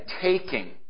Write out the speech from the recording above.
taking